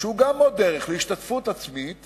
שהוא עוד דרך להשתתפות עצמית